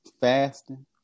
fasting